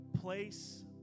place